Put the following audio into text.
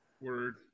Word